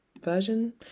Version